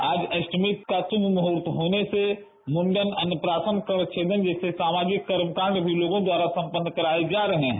आज अष्टमी का श्रुम महत होने से मुण्डन अन्नप्रासन कर्णछिदन जैसे सामाजिक कर्मकाप्ड भी लोगों द्वारा सम्पन्न कराए जा रहे हैं